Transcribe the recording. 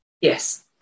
yes